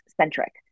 centric